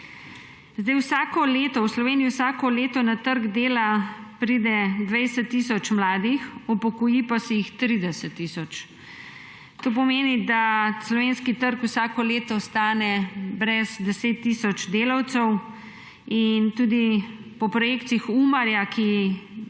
V Sloveniji vsako leto na trg dela pride 20 tisoč mladih, upokoji pa se jih 30 tisoč. To pomeni, da slovenski trg vsako leto ostane brez deset tisoč delavcev in tudi po projekcijah UMAR, ki ne